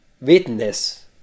witness